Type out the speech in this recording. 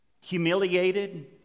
Humiliated